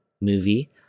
movie